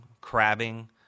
crabbing